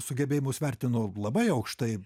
sugebėjimus vertinu labai aukštai